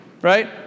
right